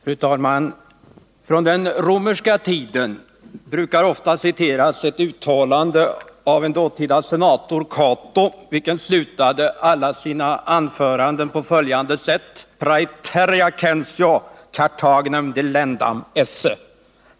Fru talman! Från den romerska tiden brukar ofta citeras ett uttalande av en dåtida senator, Cato, vilken slutade alla sina anföranden på följande sätt: ”Praeterea censeo Chartaginem delendam esse”.